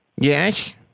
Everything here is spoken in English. Yes